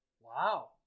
Wow